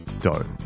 dough